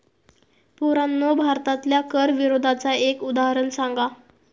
पोरांनो भारतातल्या कर विरोधाचा एक उदाहरण सांगा